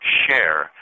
share